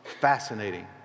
Fascinating